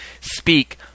speak